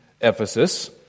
Ephesus